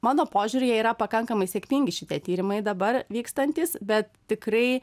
mano požiūriu jie yra pakankamai sėkmingi šitie tyrimai dabar vykstantys bet tikrai